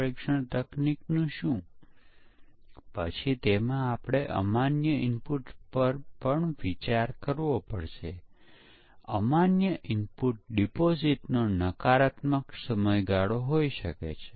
એકીકૃત પ્રક્રિયામાં 4 તબક્કાઓ પ્રારંભ વિસ્તરણ બાંધકામ અને ટ્રાનજિશનinception elaboration construction and transition છે અને ફક્ત જુઓ કે પરીક્ષણ દરેક તબક્કામાં છે